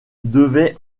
devaient